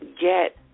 get